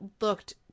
looked